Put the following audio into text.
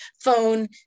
phone